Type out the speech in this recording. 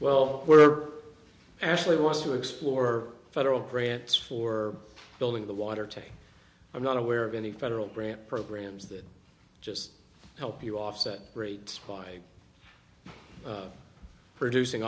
well we're actually wants to explore federal grants for building the water to i'm not aware of any federal grant programs that just help you offset rates why producing